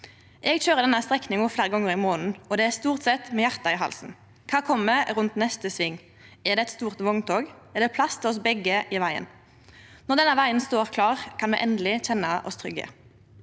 Eg køyrer denne strekninga fleire gonger i månaden, og det er stort sett med hjartet i halsen. Kva kjem rundt neste sving? Er det eit stort vogntog? Er det plass til oss begge i vegen? Når denne vegen står klar, kan me endeleg kjenne oss trygge.